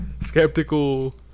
Skeptical